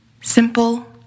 Simple